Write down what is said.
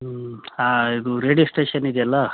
ಹ್ಞೂ ಹಾಂ ಇದು ರೇಡಿಯೊ ಸ್ಟೇಷನ್ ಇದೆ ಅಲ್ಲ